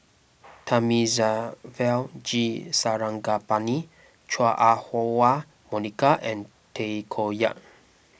Thamizhavel G Sarangapani Chua Ah Huwa Monica and Tay Koh Yat